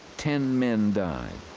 ten men died.